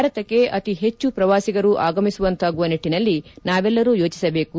ಭಾರತಕ್ಕೆ ಅತಿ ಹೆಚ್ಚು ಪ್ರವಾಸಿಗರು ಆಗಮಿಸುವಂತಾಗುವ ನಿಟ್ಟನಲ್ಲಿ ನಾವೆಲ್ಲರೂ ಯೋಟಿಸಬೇಕು